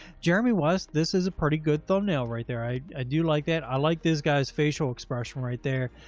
jeremy was, this is a pretty good thumbnail right there. i ah do like that. i like this guy's facial expression right there.